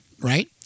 right